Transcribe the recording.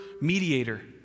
mediator